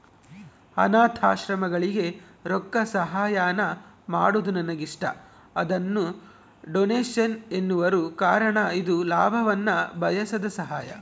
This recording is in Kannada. ಅನಾಥಾಶ್ರಮಗಳಿಗೆ ರೊಕ್ಕಸಹಾಯಾನ ಮಾಡೊದು ನನಗಿಷ್ಟ, ಅದನ್ನ ಡೊನೇಷನ್ ಎನ್ನುವರು ಕಾರಣ ಇದು ಲಾಭವನ್ನ ಬಯಸದ ಸಹಾಯ